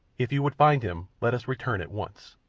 if you would find him let us return at once.